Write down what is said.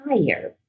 higher